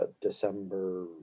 December